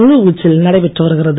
முழு வீச்சில் நடைபெற்று வருகிறது